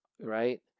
right